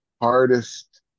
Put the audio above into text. hardest